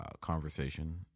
conversation